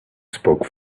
spoke